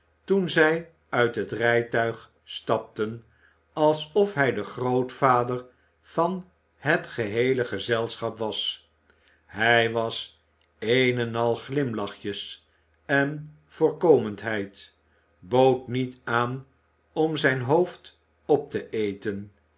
toen zij uit het rijtuig stapten alsof hij de grootvader van het geheele gezelschap was hij was een en al glimlachjes en voorkomendheid bood niet aan om zijn hoofd op te eten